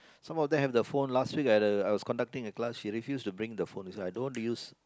some of them have the phone last week at the I was conducting the class they refuse to bring the phone so I don't want to use